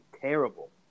terrible